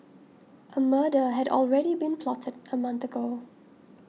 a murder had already been plotted a month ago